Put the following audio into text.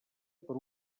per